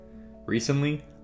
Recently